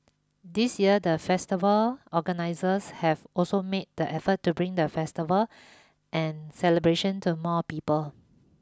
this year the festival organisers have also made the effort to bring the festival and celebrations to more people